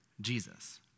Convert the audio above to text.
Jesus